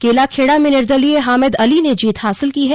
केलाखेड़ा में निर्दलीय हामिद अली ने जीत हासिल की है